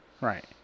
right